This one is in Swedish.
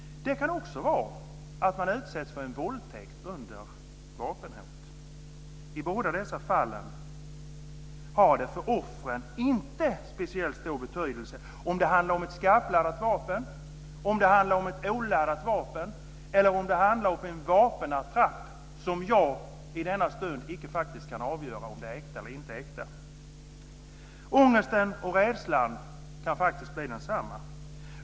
Det kan också vara att man utsätts för en våldtäkt under vapenhot. I båda dessa fall har det för offren inte speciellt stor betydelse om det handlar om ett skarpladdat vapen, om det handlar om ett oladdat vapen eller om det handlar om en vapenattrapp som de i den stunden faktiskt icke kan avgöra om den är äkta eller inte äkta. Ångesten och rädslan kan faktiskt bli densamma.